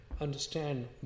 understand